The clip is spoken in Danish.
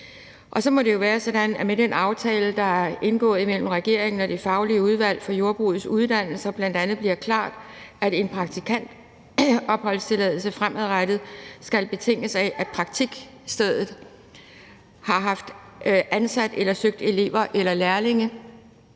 Så må det jo være sådan, at det med den aftale, der er indgået mellem regeringen og Det faglige udvalg for Jordbrugets Uddannelser, bl.a. bliver klart, at en praktikants opholdstilladelse fremadrettet skal betinges af, at praktikstedet har haft ansat eller søgt elever eller lærlinge,